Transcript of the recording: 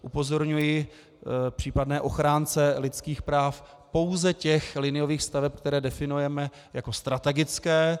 Upozorňuji případné ochránce lidských práv, pouze těch liniových staveb, které definujeme jako strategické.